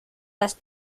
das